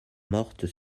mortes